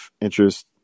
interest